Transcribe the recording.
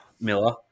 Miller